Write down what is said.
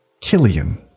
Killian